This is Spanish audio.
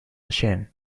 machine